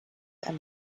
and